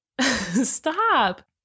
Stop